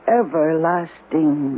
everlasting